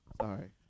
Sorry